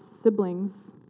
siblings